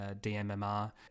DMMR